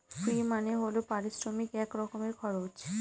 ফি মানে হল পারিশ্রমিক এক রকমের খরচ